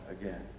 again